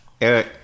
Eric